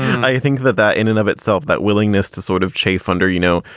i think that that in and of itself, that willingness to sort of chafe under, you know,